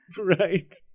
right